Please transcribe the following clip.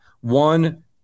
one